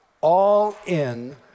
all-in